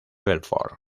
belfort